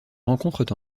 rencontrent